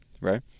right